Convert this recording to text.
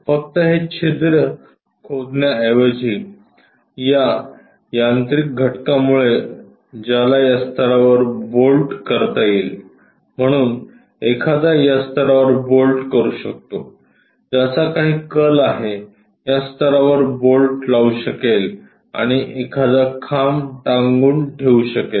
फक्त हे छिद्र खोदण्याऐवजी या यांत्रिकी घटकामुळे ज्याला या स्तरावर बोल्ट करता येईल म्हणून एखादा या स्तरावर बोल्ट करू शकतो ज्याचा काही कल आहे या स्तरावर बोल्ट लावू शकेल आणि एखादा खांब टांगून ठेवू शकेल